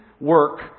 work